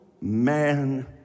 man